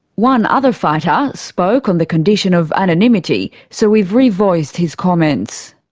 one other fighter spoke on the condition of anonymity, so we've revoiced his comments.